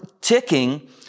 ticking